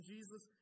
Jesus